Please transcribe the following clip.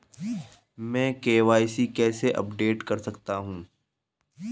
मैं के.वाई.सी कैसे अपडेट कर सकता हूं?